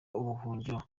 ubuhungiro